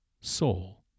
soul